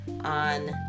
on